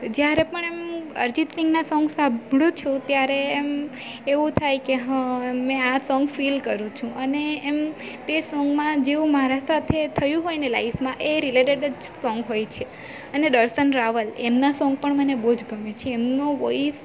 જ્યારે પણ એમ અરજીત સિંગના સોંગ સાંભળું છું ત્યારે એમ એવું થાય કે હા મેં આ સોંગ ફીલ કરું છું અને એમ તે સોંગમાં જેવું મારા સાથે થયું હોય ને લાઇફમાં એ રીલેટેડ જ સોંગ હોય છે અને દર્શન રાવલ એમના સોંગ પણ મને બહુ જ ગમે છે એમનો વોઈસ